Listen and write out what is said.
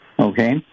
Okay